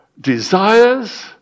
Desires